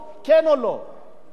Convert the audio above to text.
אני אומר לך, גברתי היושבת-ראש,